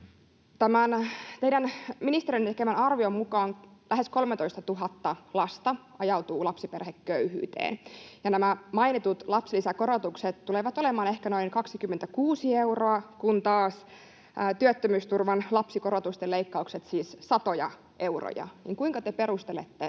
Tämän teidän ministeriönne tekemän arvion mukaan lähes 13 000 lasta ajautuu lapsiperheköyhyyteen. Nämä mainitut lapsilisäkorotukset tulevat olemaan ehkä noin 26 euroa, kun taas työttömyysturvan lapsikorotusten leikkaukset siis satoja euroja. Kuinka te perustelette